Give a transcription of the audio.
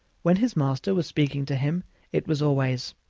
when his master was speaking to him it was always,